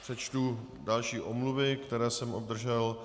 Přečtu další omluvy, které jsem obdržel.